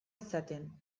izaten